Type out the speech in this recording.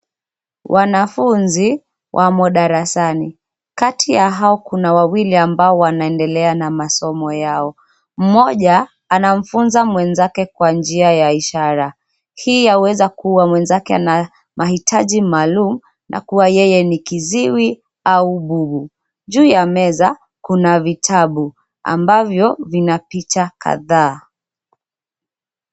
Wanafunzi wamo darasani. Kati ya hao, kuna wawili ambao wanaendelea na masomo yao. Mmoja anamfunza mwenzake kwa njia ya ishara. Hii yaweza kuwa mwenzake ana mahitaji maalum na kuwa yeye ni kiziwi au bubu. Juu ya meza, kuna vitabu ambavyo vinapicha kadhaa.